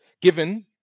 given